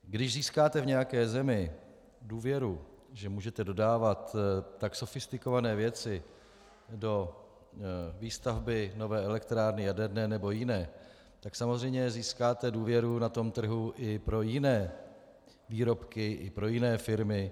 Když získáte v nějaké zemi důvěru, že můžete dodávat tak sofistikované věci do výstavby nové elektrárny, jaderné nebo jiné, tak samozřejmě získáte důvěru na tom trhu i pro jiné výrobky, pro jiné firmy.